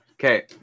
Okay